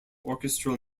orchestral